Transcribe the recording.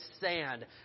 sand